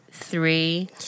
three